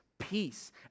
peace